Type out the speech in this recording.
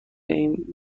این